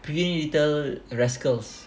pretty little rascals